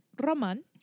Roman